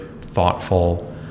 thoughtful